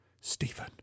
Stephen